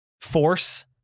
force